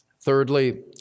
thirdly